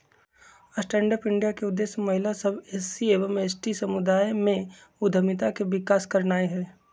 stand up India के उद्देश्य महिला सभ, एस.सी एवं एस.टी समुदाय में उद्यमिता के विकास करनाइ हइ